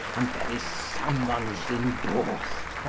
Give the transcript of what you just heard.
and there is salmons in both.